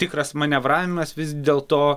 tikras manevravimas vis dėl to